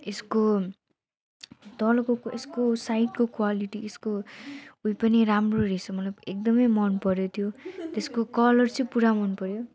यसको तलको यसको साइडको क्वालिटी यसको उयो पनि राम्रो रहेछ मलाई एकदमै मन पर्यो त्यो त्यसको कलर चाहिँ पुरा मन पर्यो